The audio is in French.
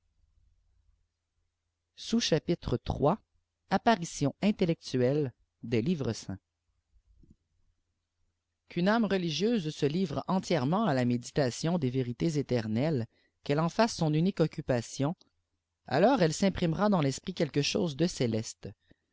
livres saints qu'une àme religieuse se livre entièrement à la méditation des frites éternelles qu'elle en fasse son unique occupation alors elle s'imprimera dans l'esprit quelque chose de céleste